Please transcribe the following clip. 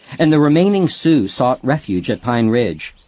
and the remaining sioux sought refuge at pine ridge,